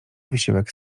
wysiłek